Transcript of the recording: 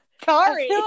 sorry